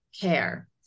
care